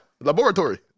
Laboratory